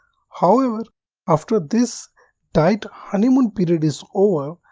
however after this diet honeymoon period is over,